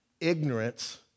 ignorance